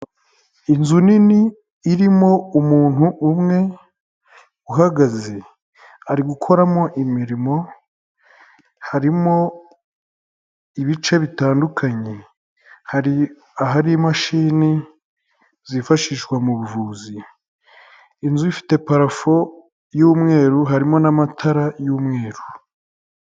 Inzu nini irimo umuntu umwe uhagaze. Ari gukoramo imirimo, harimo ibice bitandukanye. Hari ahari imashini zifashishwa mu buvuzi. Inzu ifite parafo y'umweru, harimo n'amatara y'umweru.